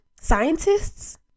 scientists